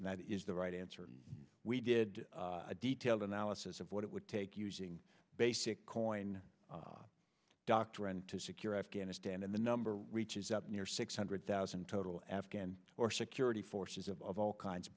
and that is the right answer and we did a detailed analysis of what it would take using basic coin doctrine to secure afghanistan and the number reaches up near six hundred thousand total afghan security forces of all kinds